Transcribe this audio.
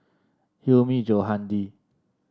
Hilmi Johandi